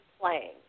playing